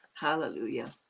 Hallelujah